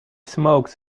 smokes